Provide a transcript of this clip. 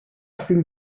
στην